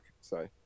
Sorry